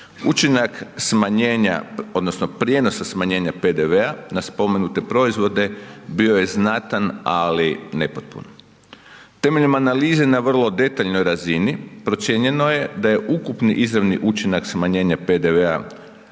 odnosno prijenosa smanjenja PDV-a na spomenute proizvode bio je znatan, ali nepotpun. Temeljem analize na vrlo detaljnoj razini procijenjeno je da je ukupni izravni učinak smanjenja PDV-a